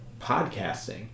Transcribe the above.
podcasting